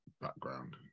background